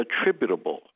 attributable